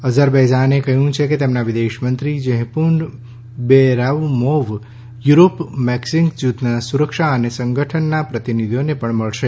અઝરબૈજાને કહ્યું કે તેમના વિદેશમંત્રી જેહપુન બેયરામોવ યુરોપ મીન્સક જૂથના સુરક્ષા અને સંગઠનના પ્રતિનિધિઓને પણ મળશે